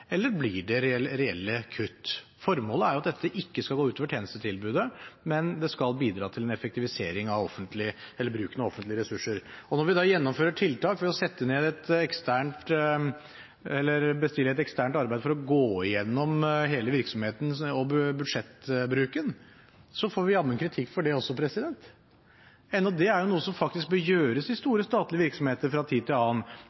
eller blir det reelle kutt? Formålet er at dette ikke skal gå ut over tjenestetilbudet, men bidra til en effektivisering av bruken av offentlige ressurser. Når vi da gjennomfører tiltak ved å bestille et eksternt arbeid for å gå gjennom hele virksomheten og budsjettbruken, får vi jammen kritikk for det også, enda det er noe som faktisk bør gjøres i store statlige virksomheter fra tid til annen: